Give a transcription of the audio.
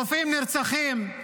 רופאים נרצחים,